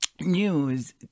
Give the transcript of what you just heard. news